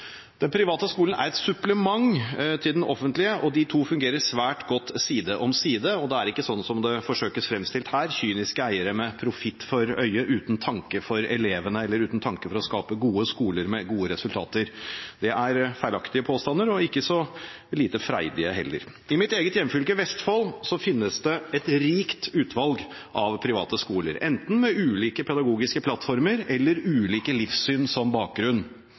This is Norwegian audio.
Den private skolen er et supplement til den offentlige, og de to fungerer svært godt side om side. Det er ikke slik som det forsøkes fremstilt her, kyniske eiere med profitt for øye, uten tanke for elevene eller uten tanke for å skape gode skoler med gode resultater. Det er feilaktige påstander, og ikke så lite freidige heller. I mitt eget hjemfylke, Vestfold, finnes det et rikt utvalg av private skoler, enten med ulike pedagogiske plattformer eller ulike livssyn som bakgrunn.